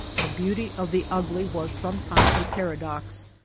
the beauty of the ugly was sometime a paradox,